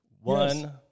One